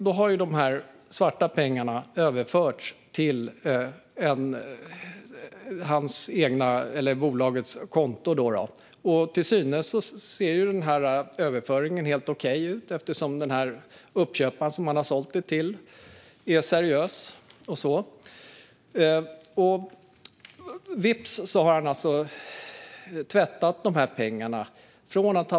Nu har dessa svarta pengar överförts till bolagets konto. Överföringen är till synes helt okej, eftersom uppköparen som han har sålt till är seriös. Vips har han alltså tvättat pengar.